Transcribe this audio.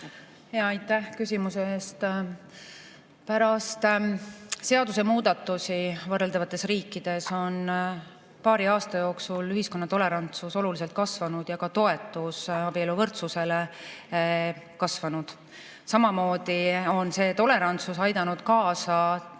Aitäh küsimuse eest! Pärast seadusemuudatusi on võrreldavates riikides paari aasta jooksul ühiskonna tolerantsus oluliselt kasvanud. Ka toetus abieluvõrdsusele on kasvanud. Samamoodi on see tolerantsus aidanud kaasa inimeste